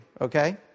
Okay